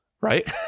right